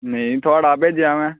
नेईं थुआढ़ा भेजेआ में